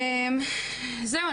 זהו,